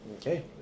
Okay